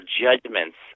judgments